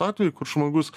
atvejai kur žmogus